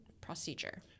procedure